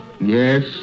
Yes